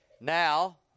Now